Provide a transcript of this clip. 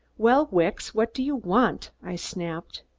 well, wicks, what do you want? i snapped.